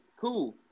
Cool